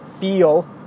feel